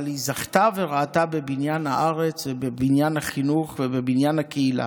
אבל היא זכתה וראתה בבניין הארץ ובבניין החינוך ובבניין הקהילה.